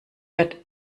wird